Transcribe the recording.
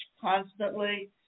constantly